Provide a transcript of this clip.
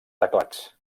teclats